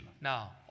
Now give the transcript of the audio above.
now